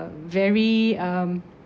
very um